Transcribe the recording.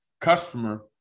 customer